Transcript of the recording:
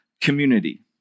community